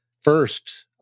First